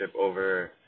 over